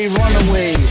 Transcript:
runaway